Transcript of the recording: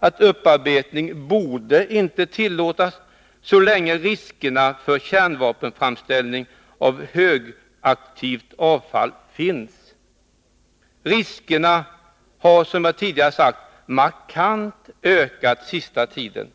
att upparbetning inte borde tillåtas så länge riskerna för kärnvapenframställning av det högaktiva avfallet finns. Riskerna har, som jag tidigare sagt, ökat markant sista tiden.